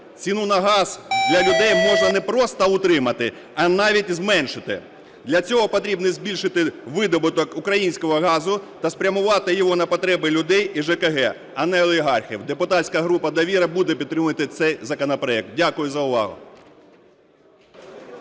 Ціну на газ для людей можна не просто утримати, а навіть зменшити. Для цього потрібно збільшити видобуток українського газу та спрямувати його на потреби людей та ЖКГ, а не олігархів. Депутатська група "Довіра" буде підтримувати цей законопроект. Дякую за увагу.